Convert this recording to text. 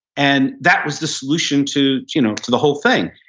and that was the solution to you know to the whole thing.